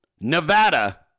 Nevada